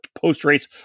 post-race